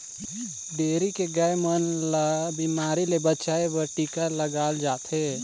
dairy के गाय मन ल बेमारी ले बचाये बर टिका लगाल जाथे